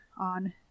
on